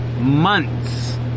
months